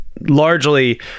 largely